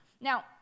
Now